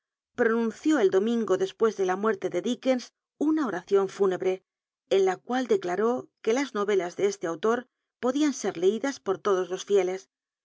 ció el domin go de este autor muerte de dickeos una oracion fúnebre en la cual declaró que las novelas de este autor podian ser leidas por lodos los fi